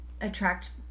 attract